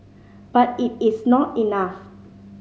but it is not enough